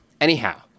Anyhow